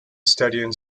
studying